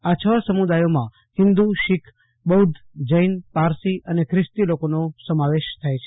આ છ સમુદાયોમાં હિન્દુ શીખ બોધ્ધ જેન પારસી પ્રિસ્તી લોકોનો સમાવેશ થાય છે